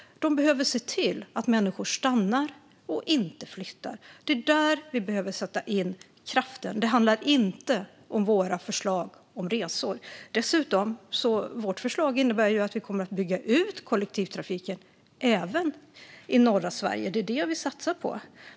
De behöver se till att människor stannar och inte flyttar. Det är där vi behöver sätta in kraften. Det handlar inte om våra förslag om resor. Dessutom innebär vårt förslag utbyggnad av kollektivtrafiken även i norra Sverige. Det är det vi satsar på.